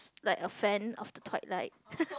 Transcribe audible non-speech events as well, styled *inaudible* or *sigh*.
like a fan of the Twilight *laughs*